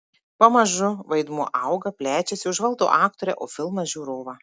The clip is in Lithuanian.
pamažu vaidmuo auga plečiasi užvaldo aktorę o filmas žiūrovą